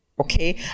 Okay